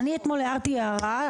אני אתמול הערתי הערה,